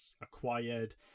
acquired